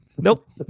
Nope